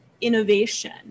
innovation